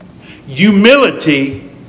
Humility